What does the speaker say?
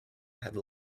had